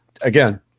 Again